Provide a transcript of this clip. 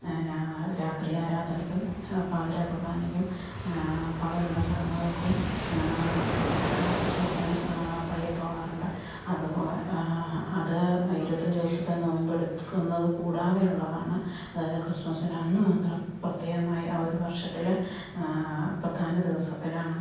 രാത്രി ആരാധനയ്ക്കും പാതിരാ കുർബ്ബാനയ്ക്കും പകലുള്ള ചടങ്ങുകൾക്കും ഒക്കെ ക്രിസ്മസ്സിന് പള്ളിയിൽ പോകാറുണ്ട് അത് പോലെ അത് ഇരുപത്തി അഞ്ച് ദിവസത്തെ നൊയമ്പ് എടുക്കുന്നത് കൂടാതെ ഉള്ളതാണ് അതായത് ക്രിസ്മസ്സിൻ്റെ അന്ന് മാത്രം പ്രത്യേകമായി ആ ഒരു വർഷത്തിൽ പ്രധാന ദിവസത്തിലാണ്